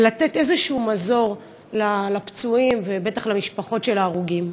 ולתת מזור כלשהו לפצועים ובטח למשפחות של ההרוגים?